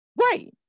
Right